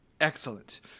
excellent